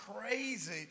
crazy